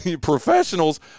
professionals